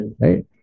Right